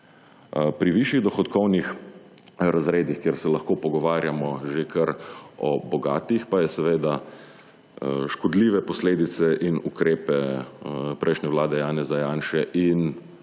Pri višjih dohodkovnih razredih, kjer se lahko pogovarjamo že kar o bogatih, pa je seveda škodljive posledice in ukrepe prejšnje vlade Janeza Janše in